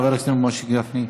חבר הכנסת משה גפני.